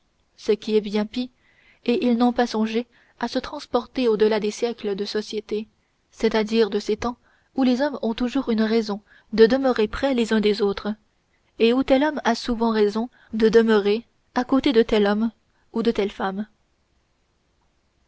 ce qui est bien pis et ils n'ont pas songé à se transporter au-delà des siècles de société c'est-à-dire de ces temps où les hommes ont toujours une raison de demeurer près les uns des autres et où tel homme a souvent raison de demeurer à côté de tel homme ou de telle femme